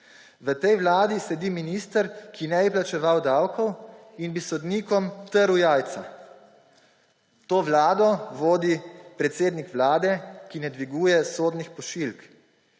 V tej vladi sedi minister, ki ne bi plačeval davkov in bi sodnikom trl jajca. To vlado vodi predsednik Vlade, ki ne dviguje sodnih pošiljk,